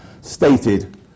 stated